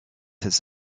his